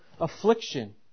affliction